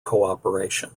cooperation